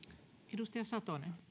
arvoisa